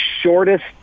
shortest